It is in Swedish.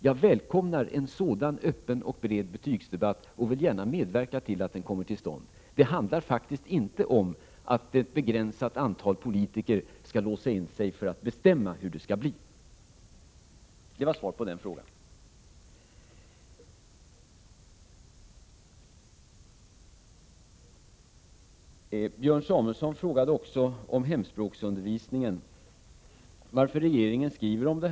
Jag välkomnar en sådan öppen och bred betygsdebatt och vill gärna medverka till att en sådan kommer till stånd. Det handlar faktiskt inte om att ett begränsat antal politiker skall låsa in sig för att bestämma hur det skall bli. Det var mitt svar på den frågan. Björn Samuelson frågade också om hemspråksundervisningen och varför regeringen skriver om den.